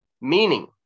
Meaning